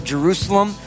Jerusalem